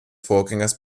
vorgängers